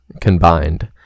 combined